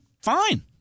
fine